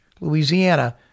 Louisiana